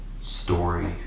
story